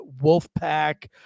Wolfpack